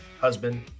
husband